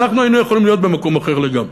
אנחנו היינו יכולים להיות במקום אחר לגמרי.